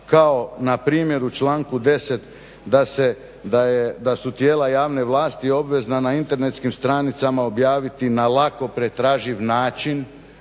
kao na primjer u članku 10. da se, da su tijela javne vlasti obvezna na internetskim stranicama objaviti na lako pretraživ način.